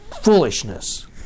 foolishness